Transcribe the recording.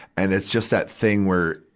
and it's just that thing where,